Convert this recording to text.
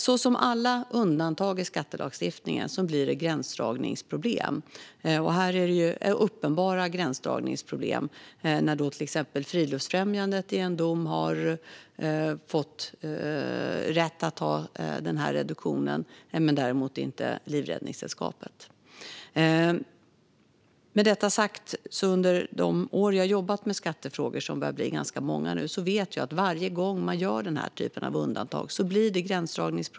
Som med alla undantag i skattelagstiftningen blir det gränsdragningsproblem, och här finns det uppenbara gränsdragningsproblem. Till exempel har Friluftsfrämjandet i en dom fått rätt till denna reduktion; Livräddningssällskapet har däremot inte fått det. Efter att ha jobbat med skattefrågor under ganska många år vet jag att det blir gränsdragningsproblem varje gång man gör denna typ av undantag.